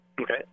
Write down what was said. Okay